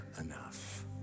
enough